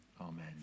Amen